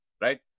Right